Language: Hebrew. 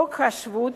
חוק השבות